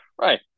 right